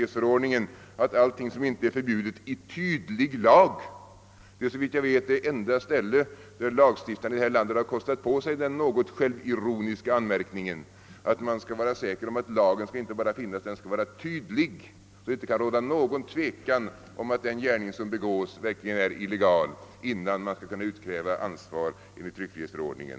Det är såvitt jag vet det enda ställe på hela lagstiftningsområdet där lagstiftarna här i landet har kostat på sig den något självironiska anmärkningen, att lagen inte bara skall finnas utan att den skall vara tydlig så att det inte kan råda någon tvekan om att den gärning, som begåtts, verkligen är illegal, innan man skall kunna utkräva ansvar enligt tryckfrihetsförordningen.